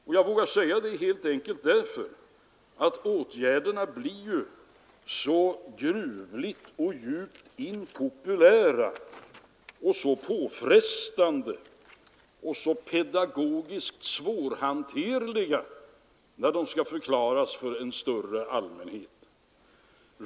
Och det beror helt enkelt på att sådana åtgärder blir så gruvligt och djupt impopulära, påfrestande och pedagogiskt svårhanterliga, när de skall förklaras för en större allmänhet.